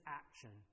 action